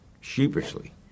sheepishly